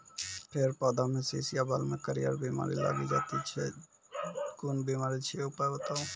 फेर पौधामें शीश या बाल मे करियर बिमारी लागि जाति छै कून बिमारी छियै, उपाय बताऊ?